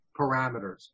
parameters